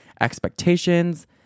expectations